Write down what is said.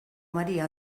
maria